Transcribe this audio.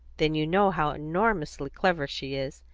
then you know how enormously clever she is.